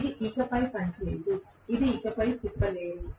ఇది ఇకపై పనిచేయదు ఇది ఇకపై తిప్పలేరు